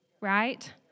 right